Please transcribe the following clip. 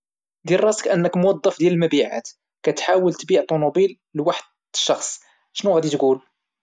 دير راسك كتسنى طوبيس ولا تران تلت سوايع، كيفاش ممكن تسلي راسك؟